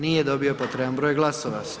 Nije dobio potreban broj glasova.